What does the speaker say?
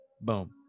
boom